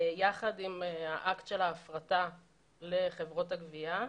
יחד עם האקט של ההפרטה לחברות הגבייה.